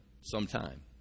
sometime